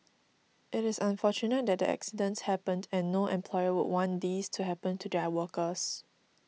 it is unfortunate that the accidents happened and no employer would want these to happen to their workers